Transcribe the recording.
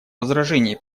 возражений